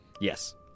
yes